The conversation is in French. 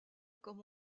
comme